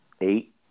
Eight